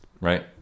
right